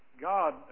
God